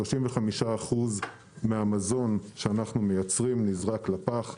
35% מהמזון שאנחנו מייצרים נזרק לפח.